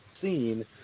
seen